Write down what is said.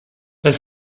elle